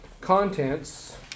contents